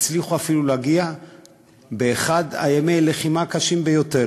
הצליחו אפילו להגיע באחד מימי הלחימה הקשים ביותר